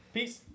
Peace